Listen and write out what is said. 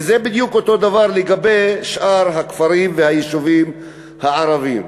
וזה בדיוק אותו הדבר לגבי שאר הכפרים והיישובים הערביים,